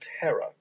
terror